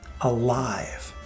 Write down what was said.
alive